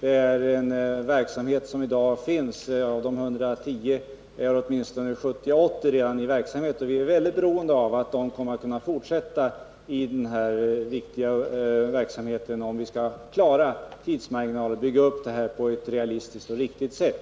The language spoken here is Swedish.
Det är en verksamhet som i dag redan finns. Av de 110 som skall anställas är åtminstone 70 eller 80 i verksamhet, och vi är beroende av att de kommer att kunna fortsätta i denna viktiga verksamhet om vi skall kunna klara tidsmarginalen och bygga upp det hela på ett riktigt och realistiskt sätt.